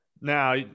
Now